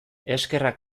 eskerrak